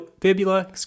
Fibula